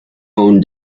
own